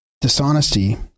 Dishonesty